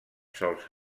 sols